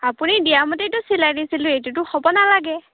আপুনি দিয়ামতেইতো চিলাই দিছিলোঁ এইটোতো হ'ব নালাগে